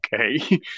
Okay